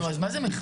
נו, אז מה זה מכרז?